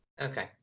Okay